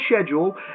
schedule